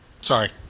sorry